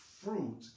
fruit